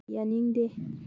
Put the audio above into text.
ꯌꯥꯅꯤꯡꯗꯦ